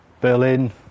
Berlin